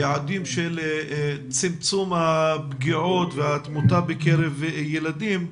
יעדים של צמצום הפגיעות והתמותה בקרב ילדים.